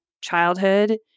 childhood